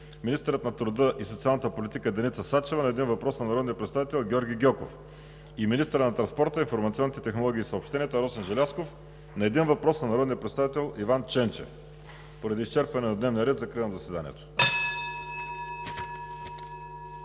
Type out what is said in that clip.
министърът на труда и социалната политика Деница Сачева – на един въпрос от народния представител Георги Гьоков; - министърът на транспорта, информационните технологии и съобщенията Росен Желязков – на един въпрос от народния представител Иван Ченчев. Поради изчерпване на дневния ред закривам заседанието.